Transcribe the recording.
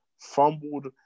Fumbled